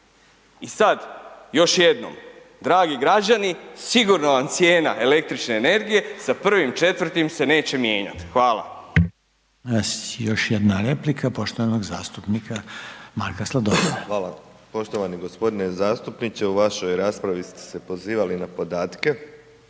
I sad, još jednom, dragi građani, sigurno vam cijena električne energije sa 1.4. se neće mijenjati. Hvala. **Reiner, Željko (HDZ)** Još jedna replika poštovanog zastupnika Marka Sladoljeva. **Sladoljev, Marko (MOST)** Hvala. Poštovani gospodine zastupniče u vašoj raspravi ste se pozivali na podatke